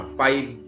five